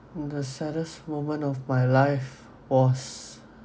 the saddest moment of my life was